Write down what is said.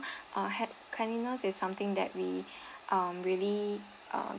uh had cleanliness is something that we um really uh